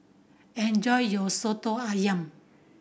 enjoy your Soto Ayam